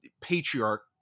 patriarch